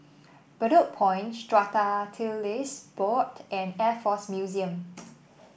Bedok Point Strata Titles Board and Air Force Museum